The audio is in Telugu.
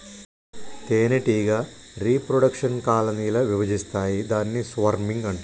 తేనెటీగ రీప్రొడెక్షన్ కాలనీ ల విభజిస్తాయి దాన్ని స్వర్మింగ్ అంటారు